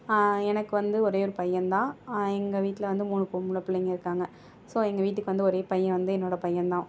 எனக்கு வந்து ஒரே ஒரு பையன்தான் எங்கள் வீட்டில் வந்து மூணு பொம்பளை பிள்ளைங்க இருக்காங்க ஸோ எங்கள் வீட்டுக்கு வந்து ஒரே பையன் வந்து என்னோட பையன்தான்